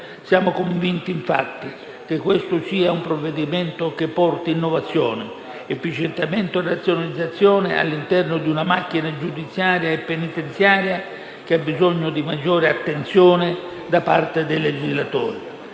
Siamo convinti, infatti, che questo sia un provvedimento che porti innovazione, efficientamento e razionalizzazione all'interno di una macchina giudiziaria e penitenziaria che ha bisogno di maggiore attenzione da parte del legislatore.